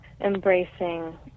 embracing